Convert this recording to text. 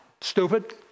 stupid